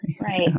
right